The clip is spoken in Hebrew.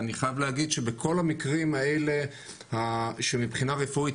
אני חייב להגיד שבכל המקרים האלה שמבחינה רפואית,